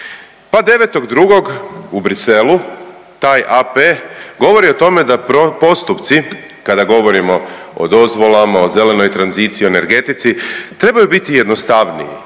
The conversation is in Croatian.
Pa 9.2. u Bruxellesu taj AP govori o tome da postupci kada govorimo o dozvolama, o zelenoj tranziciji, o energetici trebaju biti jednostavniji,